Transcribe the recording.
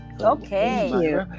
okay